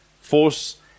force